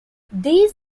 this